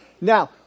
Now